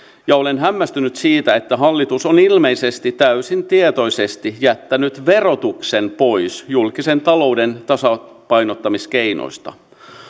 olen hämmästynyt siitä että hallitus on ilmeisesti täysin tietoisesti jättänyt verotuksen pois julkisen talouden tasapainottamiskeinoista